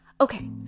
okay